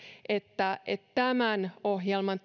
että että tämän ohjelman